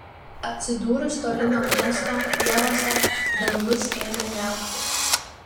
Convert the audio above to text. atsidūrus toli nuo miesto pievose dangus ėmė niauktis